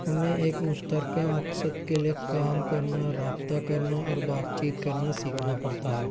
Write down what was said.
اُنہیں ایک مشترکہ مقصد کے لیے کام کرنا رابطہ کرنا اور بات چیت کرنا سیکھنا پڑتا ہے